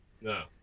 No